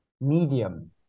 medium